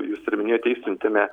jūs ir minėjote išsiuntėme